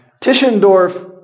Tischendorf